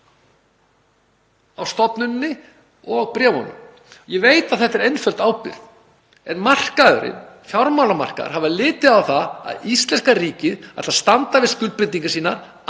á stofnuninni og bréfunum. Ég veit að þetta er einföld ábyrgð en fjármálamarkaðir hafa litið á það að íslenska ríkið ætli að standa við skuldbindingar sínar